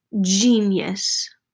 Genius